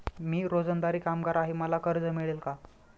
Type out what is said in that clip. मी रोजंदारी कामगार आहे मला कर्ज मिळेल का?